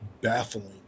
baffling